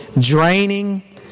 draining